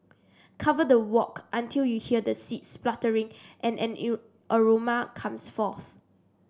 cover the wok until you hear the seeds spluttering and an aroma comes forth